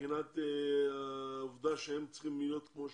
מבחינת העובדה שהם צריכים להיות כמו שופטים.